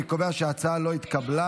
אני קובע שההצעה לא התקבלה,